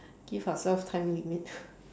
give ourselves time limit